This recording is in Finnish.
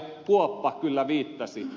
kuoppa kyllä viittasi